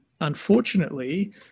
unfortunately